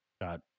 got